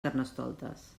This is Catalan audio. carnestoltes